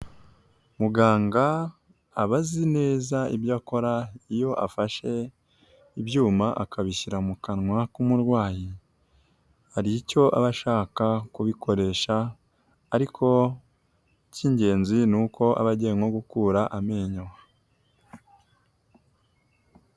Muganga aba azi neza ibyo akora iyo afashe ibyuma akabishyira mu kanwa k'umurwayi, hari icyo aba ashaka kubikoresha ariko icy'ingenzi ni uko aba agiye nko gukura amenyo.